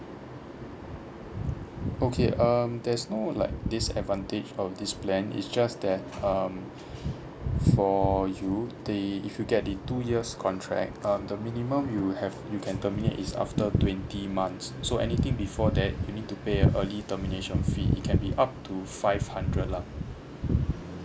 okay um there's no like disadvantage of this plan is just that um for you the if you get the two years contract um the minimum you will have you can terminate is after twenty months so anything before that you need to pay a early termination fee it can be up to five hundred lah